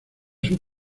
sus